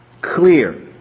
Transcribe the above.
Clear